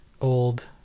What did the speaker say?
old